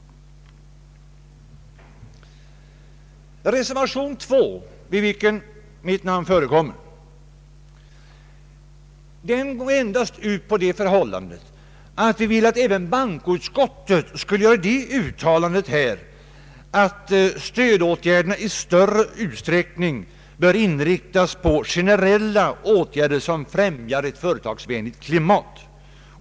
Reservation 2, där mitt namn förekommer, går ut på att även riksdagen här skall göra det uttalandet att stödåtgärderna i större utsträckning bör inriktas på generella åtgärder som främjar ett företagsvänligt klimat.